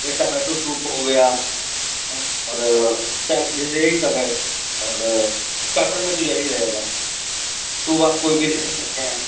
एक tomato soup हो गया और यहीं स सब है स्टार्टर में तो यहीं रहेगा सूप आप कोई भी ले सकते हैं